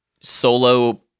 solo